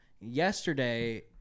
Yesterday